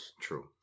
True